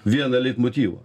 vieną leitmotyvą